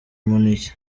munich